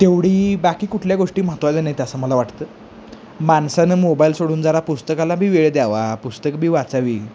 तेवढी बाकी कुठल्या गोष्टी महत्त्वाच्या नाही आहेत असं मला वाटतं माणसानं मोबाईल सोडून जरा पुस्तकालाबी वेळ द्यावा पुस्तकबी वाचावी